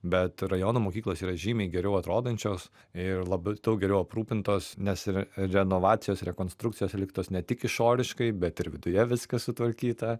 bet rajono mokyklos yra žymiai geriau atrodančios ir labai daug geriau aprūpintos nes ir renovacijos rekonstrukcijos atliktos ne tik išoriškai bet ir viduje viskas sutvarkyta